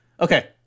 Okay